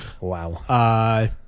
wow